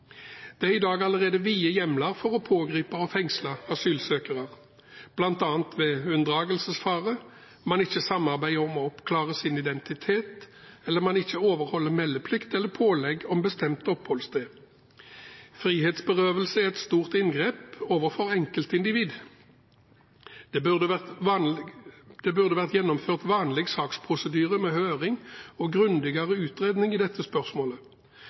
Det er i dag allerede vide hjemler for å pågripe og fengsle asylsøkere, bl.a. ved unndragelsesfare, når man ikke samarbeider om å oppklare sin identitet, eller når man ikke overholder meldeplikt eller pålegg om bestemt oppholdssted. Frihetsberøvelse er et stort inngrep overfor enkeltindivid. Det burde vært gjennomført vanlig saksprosedyre med høring og grundigere utredning i dette spørsmålet.